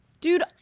dude